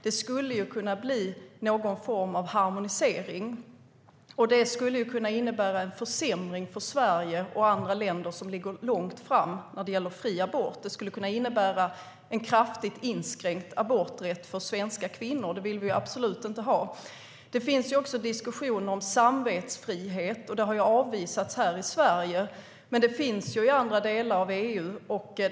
Det skulle kunna bli någon form av harmonisering som innebar en försämring för Sverige och andra länder som ligger långt framme när det gäller fri abort. Det skulle kunna innebära en kraftigt inskränkt aborträtt för svenska kvinnor. Detta vill vi absolut inte ha. Det finns också diskussioner om samvetsfrihet. Det har avvisats här i Sverige, men det finns i andra delar av EU.